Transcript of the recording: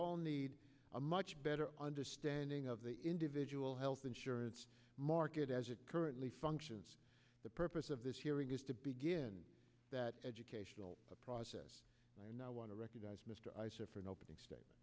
all need a much better understanding of the individual health insurance market as it currently functions the purpose of this hearing is to begin that educational process and i want to recognize mr eisner for an opening statement